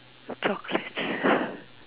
chocolates